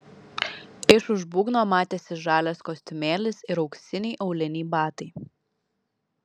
iš už būgno matėsi žalias kostiumėlis ir auksiniai auliniai batai